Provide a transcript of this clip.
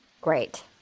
Great